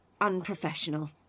unprofessional